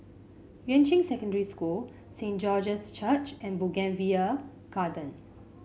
Yuan Ching Secondary School Saint George's Church and Bougainvillea Garden